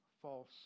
false